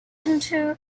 into